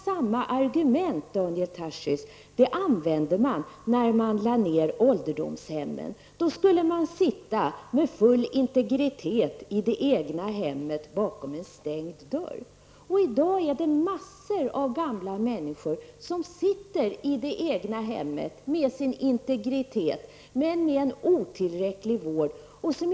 Samma argument, Daniel Tarschys, användes när ålderdomshemmen lades ner. Då skulle man sitta med full integritet i det egna hemmet bakom en stängd dörr. I dag är det massor av gamla människor som sitter i det egna hemmet med sin integritet men med en otillräcklig vård.